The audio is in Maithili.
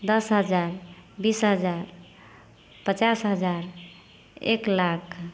दस हजार बीस हजार पचास हजार एक लाख